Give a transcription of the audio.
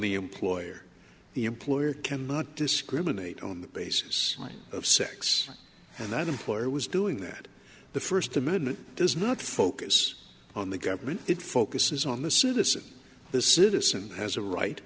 the employer the employer can not discriminate on the basis of sex and that employer was doing that the first amendment does not focus on the government it focuses on the citizen the citizen has a right